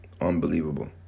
Unbelievable